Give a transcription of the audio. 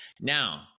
Now